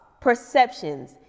perceptions